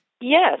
Yes